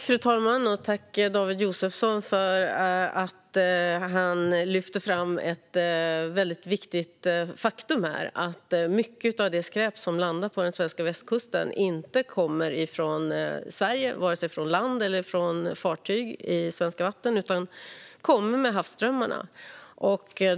Fru talman! Jag tackar David Josefsson för att han lyfter fram ett väldigt viktigt faktum, nämligen att mycket av det skräp som landar på den svenska västkusten inte kommer från Sverige, vare sig från land eller från fartyg i svenska vatten, utan kommer med havsströmmarna.